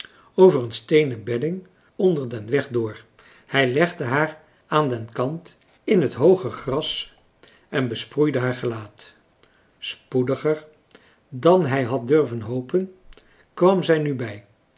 over een steenen bedding onder den weg door hij legde haar aan den kant in françois haverschmidt familie en kennissen plaatste den knaap op zijn knie en begon een liedje voor hem te zingen françois haverschmidt familie en kennissen het hooge gras en besproeide haar gelaat spoediger dan hij had durven hopen kwam zij nu bij